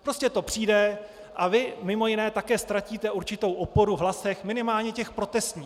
Prostě to přijde a vy mimo jiné také ztratíte určitou oporu v hlasech, minimálně těch protestních.